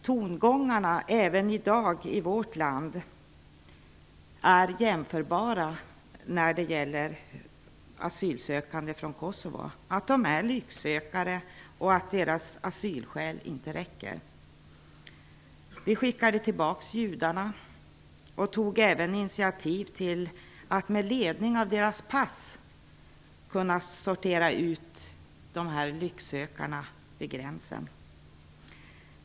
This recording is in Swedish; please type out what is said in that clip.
Tongångarna även i dag i vårt land är jämförbara när det gäller aylsökande från Kosovo: att de är lycksökare och att deras asylskäl inte räcker. Vi skickade tillbaka judarna och tog även initiativ till att med ledning av deras pass sortera ut dessa lycksökare vid gränsen.